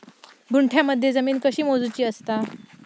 गुंठयामध्ये जमीन कशी मोजूची असता?